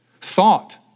thought